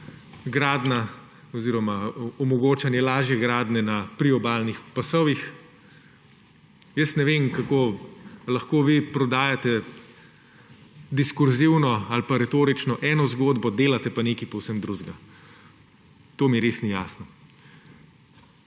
v tem zakonu omogočanje lažje gradnje na priobalnih pasovih. Jaz ne vem, kako lahko vi prodajate diskurzivno ali pa retorično eno zgodbo, delate pa nekaj povsem drugega. To mi res ni jasno.